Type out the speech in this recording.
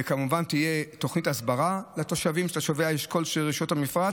וכמובן תהיה תוכנית הסברה לתושבי האשכול של רשויות המפרץ,